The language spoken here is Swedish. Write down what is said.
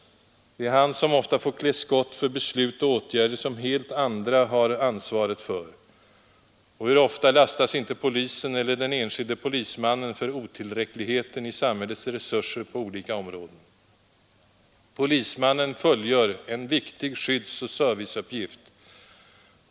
Det är han som ofta får klä skott för beslut och åtgärder, som helt andra instanser har ansvaret för. Och hur ofta lastas inte polisen eller den enskilde polismannen för otillräckligheten i samhällets resurser på olika områden? Polismannen fullgör en viktig skyddsoch serviceuppgift.